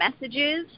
messages